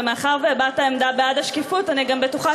ומאחר שהבעת עמדה בעד השקיפות אני גם בטוחה